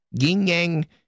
Yin-yang